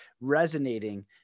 resonating